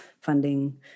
funding